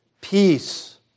peace